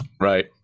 Right